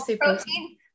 protein